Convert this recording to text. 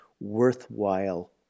worthwhile